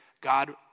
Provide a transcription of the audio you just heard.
God